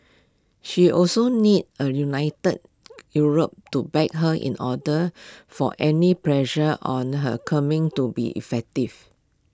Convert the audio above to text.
she also needs A united Europe to back her in order for any pressure on her Kremlin to be effective